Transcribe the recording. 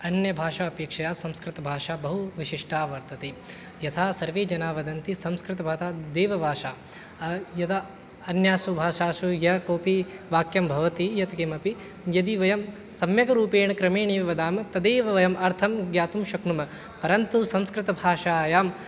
अन्य भाषापेक्षया संस्कृतभाषा बहुविशिष्टा वर्तते यथा सर्वे जनाः वदन्ति संस्कृतभाषा देवभाषा यदा अन्यासु भाषासु यः कोऽपि वाक्यं भवति यद् किमपि यदि वयं सम्यक् रूपेण क्रमेण एव वदामः तदेव वयम् अर्थं ज्ञातुं शक्नुमः परन्तु संस्कृतभाषायां